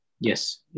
Yes